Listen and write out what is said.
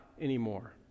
anymore